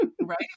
Right